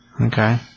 Okay